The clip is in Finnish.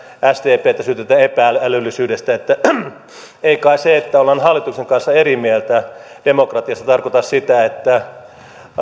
sdptä syytetään epä älyllisyydestä ei kai se että ollaan hallituksen kanssa eri mieltä demokratiassa tarkoita sitä että